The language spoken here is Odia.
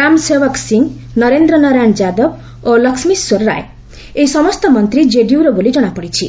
ରାମ ସେୱକ ସିଂ ନରେନ୍ଦ୍ର ନାରାୟଣ ୟାଦବ ଓ ଲକ୍ଟମେଶ୍ୱର ରାୟ ଏହି ସମସ୍ତ ମନ୍ତ୍ରୀ କେଡିୟୁର ବୋଲି ଜଣାପଡିଛି